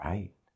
Right